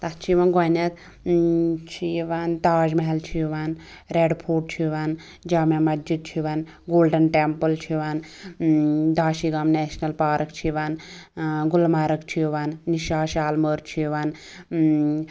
تَتھ چھُ یِوان گۄڈٕنٮ۪تھ چھُ یِوان تاج محل چھُ یِوان ریڈ فورٹ چھُ یِوان جامِع مسجد چھُ یِوان گولڈَن ٹیمپُل چھُ یِوان داچھی گام نٮیشنَل پارٕک چھِ یِوان گُلمَرٕگ چھُ یِوان نِشاط شالیمار چھُ یِوان